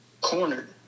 cornered